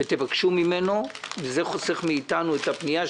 ותבקשו ממנו וזה חוסך מאיתנו את הפנייה,